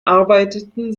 arbeiteten